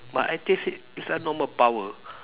but I taste it's a normal power